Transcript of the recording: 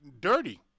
dirty